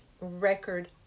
record